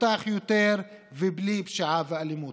מפותח יותר ובלי פשיעה ואלימות.